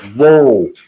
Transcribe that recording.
roll